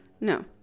No